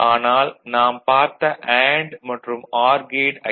ஆனால் நாம் பார்த்த அண்டு மற்றும் ஆர் கேட் ஐ